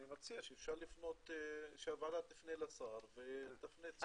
אני מציע שהוועדה תפנה לשר ותפנה את תשומת ליבו